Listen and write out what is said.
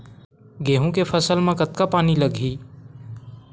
गेहूं के फसल म कतका पानी लगही?